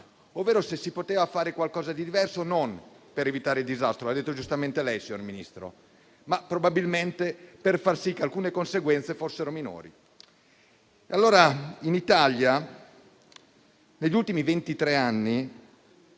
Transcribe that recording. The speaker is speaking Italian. è se si poteva fare qualcosa di diverso non per evitare il disastro - come ha detto giustamente lei, signor Ministro - ma probabilmente per far sì che alcune conseguenze fossero minori. In Italia, negli ultimi ventitré